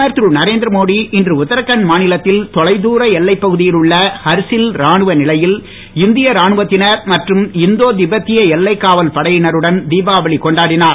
பிரதமர் திரு நரேந்திர மோடி இன்று உத்திராகண்ட் மாநிலத்தில் தொலை தூர எல்லைப் பகுதியில் உள்ள ஹர்சில் ராணுவ நிலையில் இந்தோ திபேத்திய எல்லை காவல் படையினருடன் திபாவளி கொண்டாடினார்